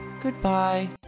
goodbye